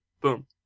boom